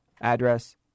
address